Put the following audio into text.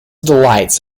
delights